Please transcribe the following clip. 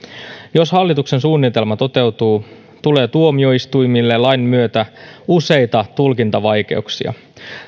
jos hallituksen suunnitelma toteutuu tulee tuomioistuimille lain myötä useita tulkintavaikeuksia